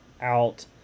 out